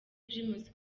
primus